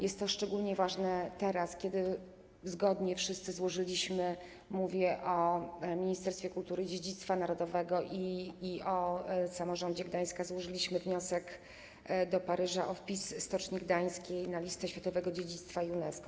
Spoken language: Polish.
Jest to szczególnie ważne teraz, kiedy zgodnie wszyscy złożyliśmy - mówię o Ministerstwie Kultury i Dziedzictwa Narodowego i o samorządzie Gdańska - wniosek do Paryża o wpis Stoczni Gdańskiej na listę światowego dziedzictwa UNESCO.